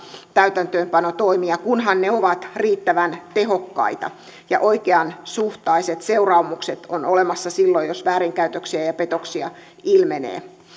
täytäntöönpanotoimia kunhan ne ovat riittävän tehokkaita ja oikeansuhtaiset seuraamukset ovat olemassa silloin jos väärinkäytöksiä ja petoksia ilmenee